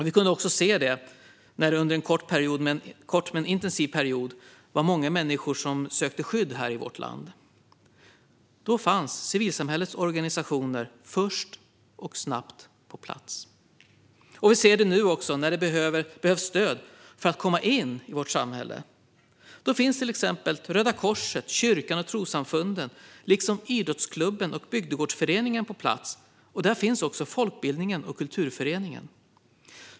Vi kunde se det när det under en kort men intensiv period var många människor som sökte skydd här i vårt land. Då fanns civilsamhällets organisationer först och snabbt på plats. Vi ser det nu också när det behövs stöd för att komma in i vårt samhälle. Då finns till exempel Röda Korset, kyrkan och trossamfunden på plats, liksom idrottsklubben och bygdegårdsföreningen. Där finns också folkbildningen och kulturföreningen.